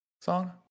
song